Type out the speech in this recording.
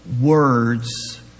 words